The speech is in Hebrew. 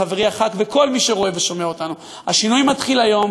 חברי הח"כ וכל מי שרואה ושומע אותנו: השינוי מתחיל היום,